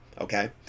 okay